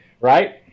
right